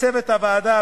לצוות הוועדה,